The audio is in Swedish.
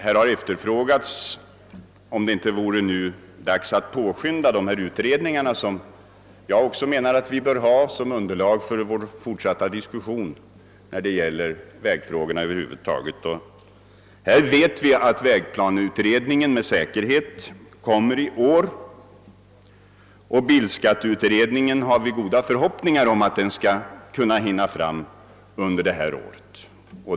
Här har frågats om det inte nu vore dags att påskynda de utredningar som vi också enligt min mening bör ha som underlag för vår fortsatta diskussion när det gäller vägfrågorna. Nu vet vi med säkerhet att vägplaneutredningen kommer att framlägga sitt betänkande i år, och vi har goda förhoppningar om att även bilskatteutredningen skall bli färdig i år.